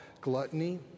gluttony